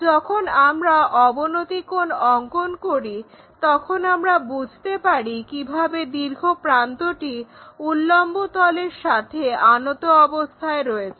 যখন আমরা অবনতি কোণ অঙ্কন করি তখন আমরা বুঝতে পারি কিভাবে দীর্ঘ প্রান্তটি উল্লম্ব তলের সাথে আনত অবস্থায় রয়েছে